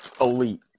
Elite